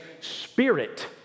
spirit